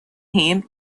him